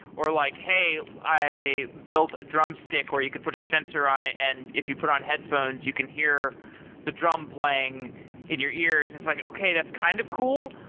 or like, hey, i've built a drumstick where you could put a sensor on it and if you put on headphones, you can hear the drum playing in your ears. it's like, okay. that's kind of cool,